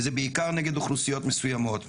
וזה בעיקר נגד אוכלוסיות מסויימות.